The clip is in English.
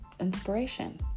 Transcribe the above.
inspiration